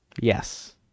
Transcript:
Yes